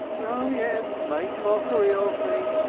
oh, yes make mockery of me.